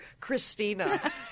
Christina